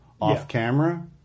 off-camera